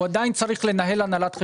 הוא עדיין צריך לנהל הנהלת חשבונות,